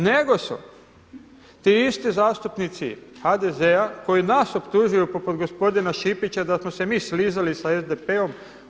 Nego su ti isti zastupnici HDZ-a koji nas optužuju poput gospodina Šipića da smo se mi slizali sa SDP-om.